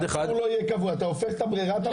אתה הופך את ברירת המחדל.